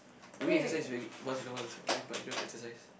I mean exercise regu~ once in awhile is okay but you don't have to exercise